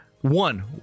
One